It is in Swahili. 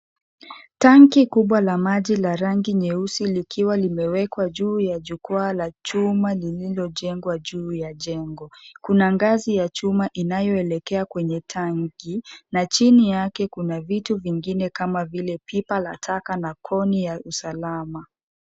Tanki kubwa la maji la rangi nyeusi likiwa limewekwa juu ya jukwaa la chuma lililojengwa juu ya jengo, kuna ngazi ya chuma inayoelekea kwenye tanki na chini yake kuna vitu vingine kama vile pipa la taka na koni ya usalama.